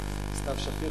או סתיו שפיר,